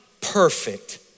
perfect